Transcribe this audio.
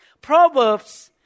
Proverbs